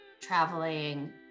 traveling